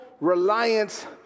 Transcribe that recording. reliance